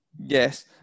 Yes